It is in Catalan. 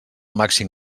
màxim